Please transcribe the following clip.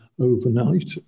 overnight